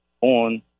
on